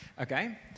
Okay